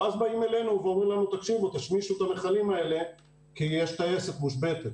ואז באים אלינו ואומרים לנו: תשמישו את המכלים האלה כי יש טייסת מושבתת.